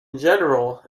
general